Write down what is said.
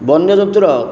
ବନ୍ୟଜନ୍ତୁର